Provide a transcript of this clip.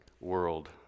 world